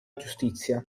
giustizia